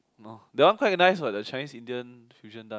that one quite nice what the Chinese Indian fusion dance